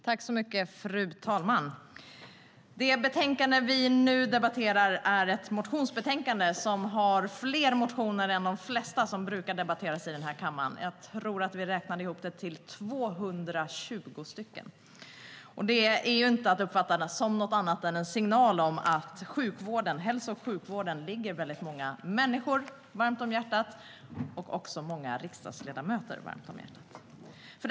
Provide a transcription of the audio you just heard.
Fru talman! Det betänkande vi nu debatterar är ett motionsbetänkande som har fler motioner än de flesta som brukar debatteras i den här kammaren. Jag tror att vi räknade ihop det till 220 stycken. Det kan inte uppfattas som något annat än en signal om att hälso och sjukvården ligger väldigt många människor och många riksdagsledamöter varmt om hjärtat.